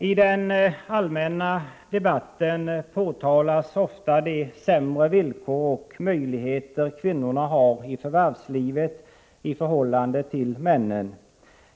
I den allmänna debatten påtalas ofta de sämre villkor och möjligheter kvinnorna har i förvärvslivet i förhållande till männen.